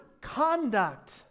conduct